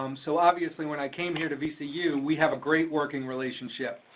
um so obviously when i came here to vcu, we have a great working relationship.